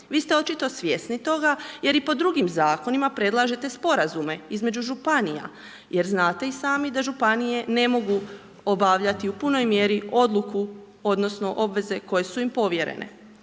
Vi ste očito svjesni toga jer i po drugim zakonima predlažete sporazume između županija jer znate i sami da županije ne mogu obavljati u punoj mjeri odluku odnosno obveze koje su im povjerene.